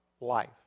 life